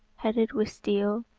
headed with steel,